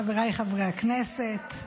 חבריי חברי הכנסת,